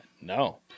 No